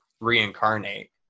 reincarnate